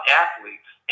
athletes